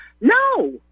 No